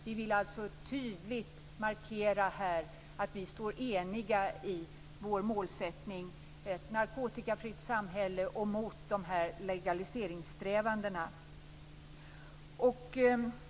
Vi vill alltså tydligt här markera att vi står eniga i vår målsättning, ett narkotikafritt samhälle, och mot dessa legaliseringssträvanden.